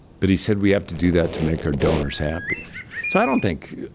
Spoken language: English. but he said we have to do that to make our donors happy so i don't think,